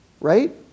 right